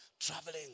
traveling